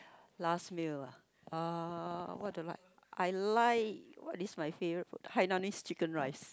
last meal ah what do I like I like what is my favourite food Hainanese Chicken Rice